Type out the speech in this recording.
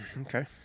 Okay